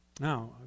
Now